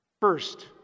First